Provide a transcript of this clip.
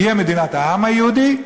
תהיה מדינת העם היהודי,